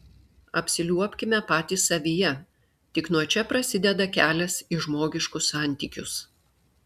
apsiliuobkime patys savyje tik nuo čia prasideda kelias į žmogiškus santykius